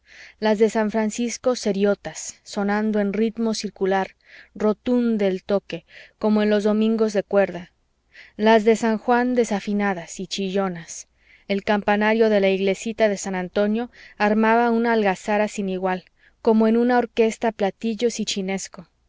las de san francisco seriotas sonando en ritmo circular rotundo el toque como en los domingos de cuerda las de san juan desafinadas y chillonas el campanario de la iglesita de san antonio armaba una algazara sin igual como en una orquesta platillos y chinesco